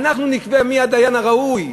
אנחנו נקבע מי הדיין הראוי.